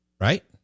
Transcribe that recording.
right